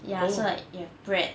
ya so like you have bread